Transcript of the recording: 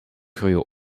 groeien